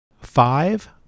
five